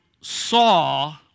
saw